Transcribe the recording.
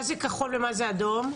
מה זה כחול ומה זה אדום?